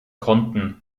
konten